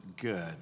good